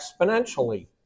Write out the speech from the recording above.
exponentially